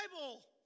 Bible